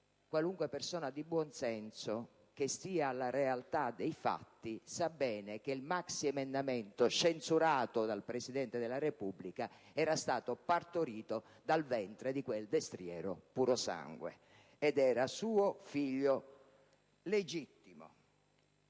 qualunque persona di buon senso che stia alla realtà dei fatti sa bene che il maxiemendamento censurato dal Presidente della Repubblica era stato partorito dal ventre di quel destriero purosangue, ed era suo figlio legittimo.